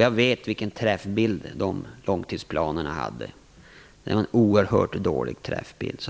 Jag vet vilken träffbild de långtidsplanerna hade. Det var en oerhört dålig träffbild.